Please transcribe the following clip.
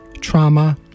Trauma